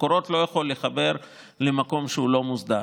מקורות לא יכולים לחבר למקום שהוא לא מוסדר,